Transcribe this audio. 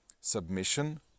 submission